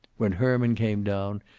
when herman came down,